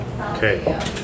Okay